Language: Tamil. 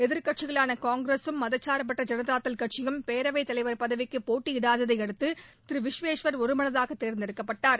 எதிர்க்கட்சிகளான காங்கிரஸூம் மதசார்பற்ற ஜனதாதள் கட்சியும் பேரவைத் தலைவர் பதவிக்கு போட்டியிடாததை அடுத்து திரு விஸ்வேஷ்வர் ஒருமனதாக தேர்ந்தெடுக்கப்பட்டார்